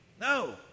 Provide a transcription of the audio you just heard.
No